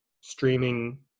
streaming